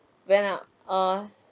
when I ah